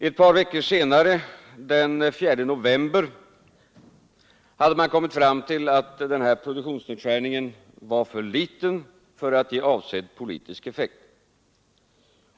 Ett par veckor senare, den 4 november, hade man kommit fram till att den här produktionsnedskärningen var för liten för att ge avsedd politisk effekt.